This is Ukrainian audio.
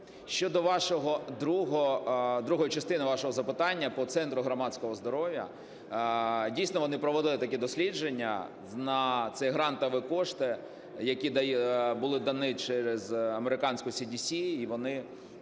Щодо другої частини вашого запитання по Центру громадського здоров'я. Дійсно вони провели такі дослідження на ці грантові кошти, які були дані через американську CDC. І вони